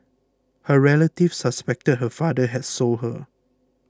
her relatives suspected her father had sold her